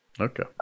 okay